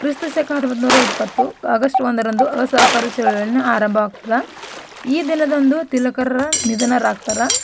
ಕ್ರಿಸ್ತ ಶಕ ಹತ್ತೊಂಬತ್ತು ನೂರ ಇಪ್ಪತ್ತು ಆಗಸ್ಟ್ ಒಂದರಂದು ಅಸಹಕಾರ ಚಳುವಳಿಯನ್ನು ಆರಂಭವಾಗುತ್ತದೆ ಈ ದಿನದಂದು ತಿಲಕರ ನಿಧನರಾಗ್ತಾರೆ